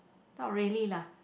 not really lah